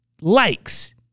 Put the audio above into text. likes